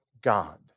God